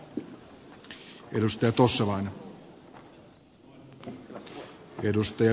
arvoisa puhemies